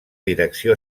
direcció